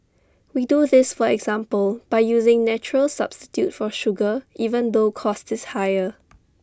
we do this for example by using natural substitute for sugar even though cost is higher